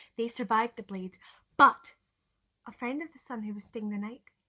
they survived the blaze but a friend of the son who was staying the night,